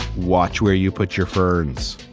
watch where you put your ferns